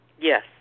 Yes